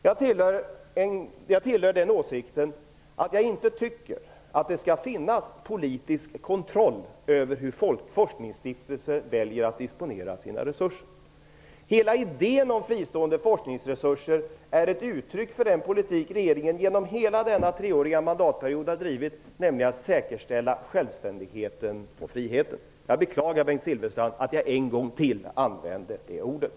Jag är av den åsikten att jag inte tycker att det skall finnas någon politisk kontroll över hur forskningsstiftelser väljer att disponera sina resurser. Idén om fristående forskningsresurser är ett uttryck för den politik som regeringen har drivit genom hela denna treåriga mandatperiod, nämligen att självständigheten och friheten skall säkerställas. Jag beklagar, Bengt Silfverstrand, att jag en gång till använde det ordet.